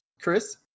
Chris